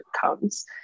comes